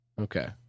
Okay